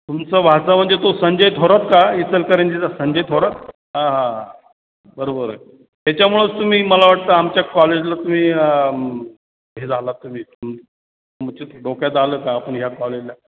तुमचं भाचा म्हणजे तो संजय थोरात का इचलकरंजीचा संजय थोरात हां हां बरोबर त्याच्यामुळंच तुम्ही मला वाटतं आमच्या कॉलेजला तुम्ही हे झाला तुम्ही तुम तुमच्या डोक्यात आलं का आपण ह्या कॉलेजला